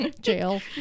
Jail